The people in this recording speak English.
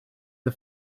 the